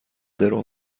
درو